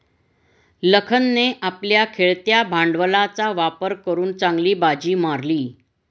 लखनने आपल्या खेळत्या भांडवलाचा वापर करून चांगली बाजी मारली